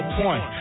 point